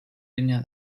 linea